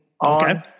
on